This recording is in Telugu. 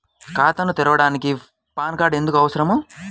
ఖాతాను తెరవడానికి పాన్ కార్డు ఎందుకు అవసరము?